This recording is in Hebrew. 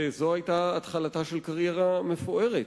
וזו היתה התחלתה של קריירה מפוארת.